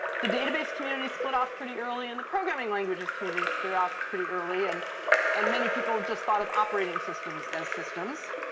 the database community split off pretty early and the programming languages community split off pretty early. and and many people just thought of operating systems as systems.